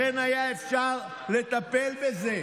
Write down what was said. היה אפשר לטפל בזה,